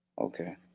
Okay